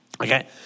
Okay